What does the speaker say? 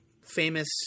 famous